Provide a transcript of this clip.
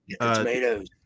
Tomatoes